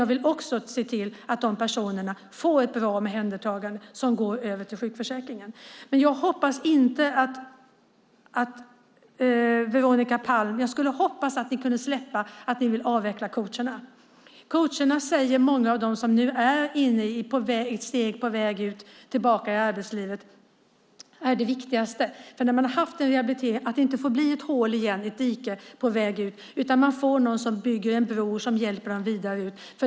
Jag vill också se till att de personerna som går över till sjukförsäkringen får ett bra omhändertagande. Jag skulle hoppas, Veronica Palm, att ni kunde släppa att ni vill avveckla coacherna. Många av dem som nu är ett steg på väg tillbaka ut i arbetslivet säger att coacherna är det viktigaste. När människor har haft en rehabilitering får det inte bli ett hål, ett dike, på vägen ut. De behöver någon som bygger en bro och hjälper en vidare ut.